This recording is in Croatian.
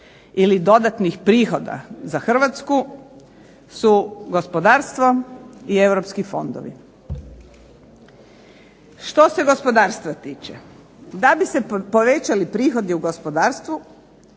ili dodatnih prihoda za Hrvatsku su gospodarstvo i europski fondovi. Što se gospodarstva tiče, da bi se povećali prihodi u gospodarstvu